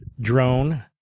drone